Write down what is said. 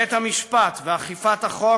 בית-המשפט ואכיפת החוק,